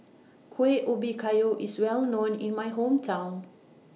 Kueh Ubi Kayu IS Well known in My Hometown